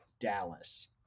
dallas